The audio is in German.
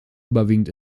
überwiegend